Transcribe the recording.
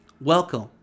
welcome